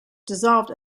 dissolved